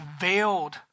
veiled